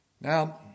Now